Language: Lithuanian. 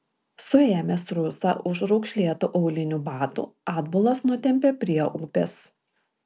suėmęs rusą už raukšlėtų aulinių batų atbulas nutempė prie upės